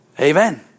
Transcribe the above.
Amen